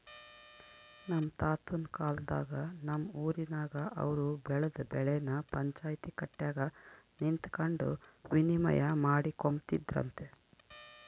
ನಮ್ ತಾತುನ್ ಕಾಲದಾಗ ನಮ್ ಊರಿನಾಗ ಅವ್ರು ಬೆಳ್ದ್ ಬೆಳೆನ ಪಂಚಾಯ್ತಿ ಕಟ್ಯಾಗ ನಿಂತಕಂಡು ವಿನಿಮಯ ಮಾಡಿಕೊಂಬ್ತಿದ್ರಂತೆ